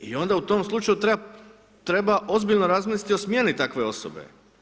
I onda u tom slučaju treba ozbiljno razmisliti o smjeni takve osobe.